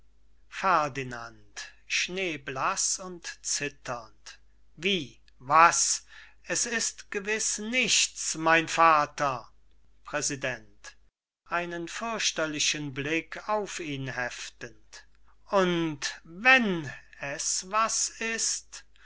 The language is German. zitternd wie was es ist gewiß nichts mein vater präsident einen fürchterlichen blick auf ihn heftend und wenn es was ist und